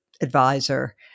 advisor